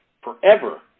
forever